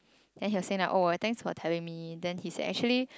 then he will say like oh thanks for telling me then he said actually